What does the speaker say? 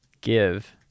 give